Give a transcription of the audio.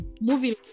moving